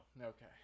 Okay